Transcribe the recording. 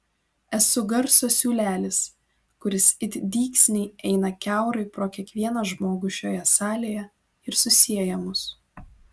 esu garso siūlelis kuris it dygsniai eina kiaurai pro kiekvieną žmogų šioje salėje ir susieja mus